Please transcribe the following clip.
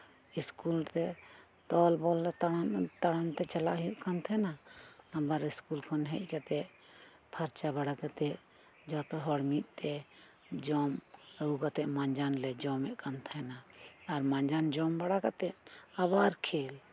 ᱤᱥᱠᱩᱞᱛᱮ ᱫᱚᱞᱵᱚᱞ ᱛᱟᱲᱟᱢ ᱛᱮ ᱪᱟᱞᱟᱜ ᱦᱩᱭᱩᱜ ᱠᱟᱱᱛᱟᱦᱮᱸᱜ ᱟ ᱟᱵᱟᱨ ᱤᱥᱠᱩᱞ ᱠᱷᱚᱱ ᱦᱮᱡ ᱠᱟᱛᱮᱜ ᱯᱷᱟᱨᱪᱟ ᱵᱟᱲᱟ ᱠᱟᱛᱮᱜ ᱡᱚᱛᱚᱦᱚᱲ ᱢᱤᱫᱛᱮ ᱡᱚᱢ ᱟᱹᱜᱩ ᱠᱟᱛᱮᱜ ᱢᱟᱡᱟᱱᱞᱮ ᱡᱚᱢᱮᱫ ᱠᱟᱱᱛᱟᱦᱮᱸᱜ ᱟ ᱟᱨ ᱢᱟᱸᱡᱟᱱ ᱡᱚᱢᱵᱟᱲᱟ ᱠᱟᱛᱮᱜ ᱟᱵᱟᱨ ᱠᱷᱮᱞ